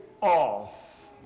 off